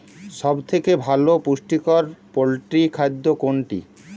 সব থেকে ভালো পুষ্টিকর পোল্ট্রী খাদ্য কোনটি?